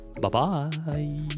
Bye-bye